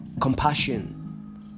compassion